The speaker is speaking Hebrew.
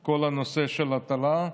את כל הנושא של ההטלה,